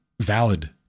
valid